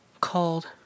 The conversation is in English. called